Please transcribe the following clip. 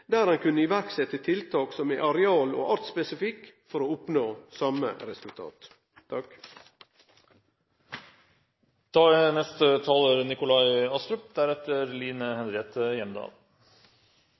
der ein kunne setje i verk tiltak som er areal- og artspesifikke for å oppnå same resultat.